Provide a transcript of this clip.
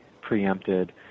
preempted